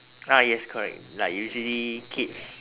ah yes correct like usually kids